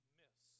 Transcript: miss